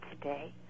today